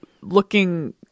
looking